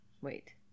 wait